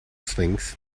sphinx